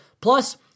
Plus